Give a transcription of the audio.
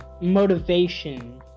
motivation